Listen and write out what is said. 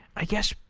i guess,